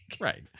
right